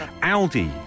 Aldi